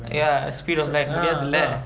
ya speed of light முடியாதுல:mudiyathula